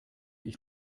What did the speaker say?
ich